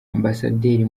ambasaderi